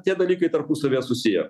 tie dalykai tarpusavyje susiję